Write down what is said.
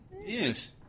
Yes